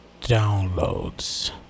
downloads